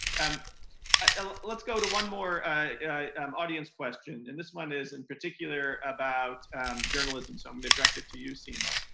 um ah let's go to one more um audience question and this one is in particular about journalism, so i'm going to direct it to you, seema.